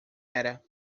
era